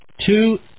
Two